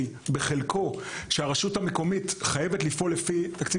בחלקו שהרשות המקומית חייבת לפעול לפיו,